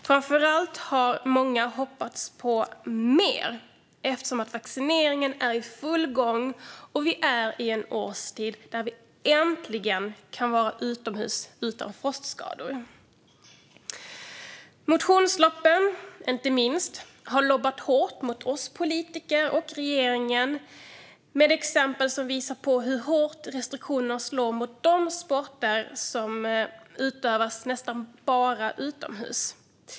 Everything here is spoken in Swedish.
Framför allt har många hoppats på mer eftersom vaccineringen är i full gång och vi är inne i en årstid då vi äntligen kan vara utomhus utan att få frostskador. Inte minst motionsloppen har lobbat hårt gentemot oss politiker och regeringen med exempel som visar hur hårt restriktionerna slår mot de sporter som utövas nästan bara utomhus.